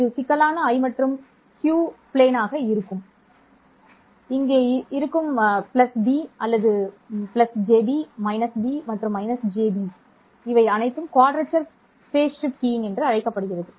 இது சிக்கலான I மற்றும் Q விமானமாக இருக்கும் b இங்கே இருக்கும் இது b இது jb இது -b மற்றும் இது -jb எனவே இது குவாட்ரேச்சர் கட்ட ஷிப்ட் கீயிங் என்று அழைக்கப்படுகிறது